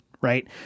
Right